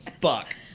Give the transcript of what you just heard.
fuck